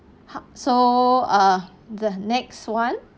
how so err the next one